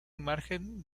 margen